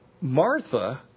Martha